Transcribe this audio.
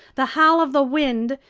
the howl of the wind,